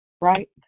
Right